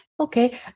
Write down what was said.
Okay